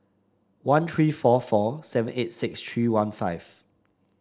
one three four four seven eight six three one five